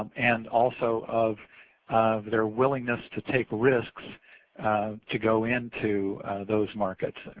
um and also of of their willingness to take risks to go into those markets.